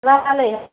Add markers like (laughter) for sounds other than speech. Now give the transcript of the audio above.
(unintelligible)